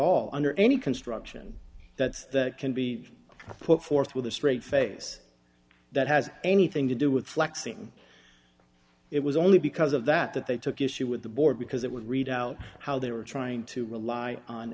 all under any construction that can be put forth with a straight face that has anything to do with flexing it was only because of that that they took issue with the board because it would read out how they were trying to rely on